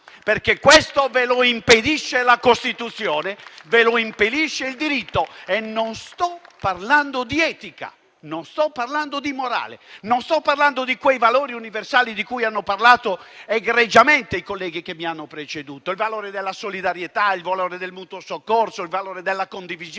Questo infatti ve lo impediscono la Costituzione e il diritto. E non sto parlando di etica, non sto parlando di morale, non sto parlando di quei valori universali di cui hanno parlato egregiamente i colleghi che mi hanno preceduto: il valore della solidarietà, il valore del mutuo soccorso, il valore della condivisione,